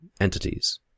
entities